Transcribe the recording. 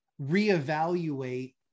reevaluate